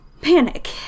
panic